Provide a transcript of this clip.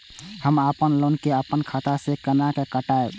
हम अपन लोन के अपन खाता से केना कटायब?